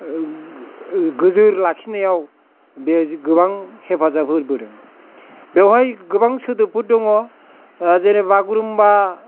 गोजोर लाखिनायाव बे गोबां हेफाजाब होबोदों बेयावहाय गोबां सोदोबफोर दङ जेरै बागुरुम्बा